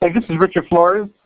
like this is richard flores.